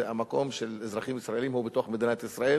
המקום של אזרחים ישראלים הוא בתוך מדינת ישראל